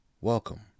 Welcome